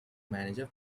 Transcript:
manager